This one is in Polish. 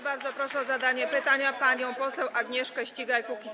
Bardzo proszę o zadanie pytania panią poseł Agnieszkę Ścigaj, Kukiz’15.